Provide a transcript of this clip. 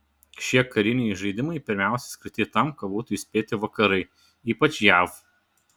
šie kariniai žaidimai pirmiausia skirti tam kad būtų įspėti vakarai ypač jav